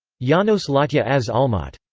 janos latja az almat.